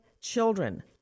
children